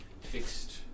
fixed